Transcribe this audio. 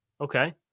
Okay